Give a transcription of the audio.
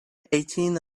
eighteen